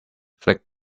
flick